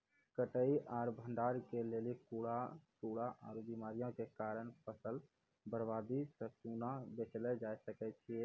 कटाई आर भंडारण के लेल कीड़ा, सूड़ा आर बीमारियों के कारण फसलक बर्बादी सॅ कूना बचेल जाय सकै ये?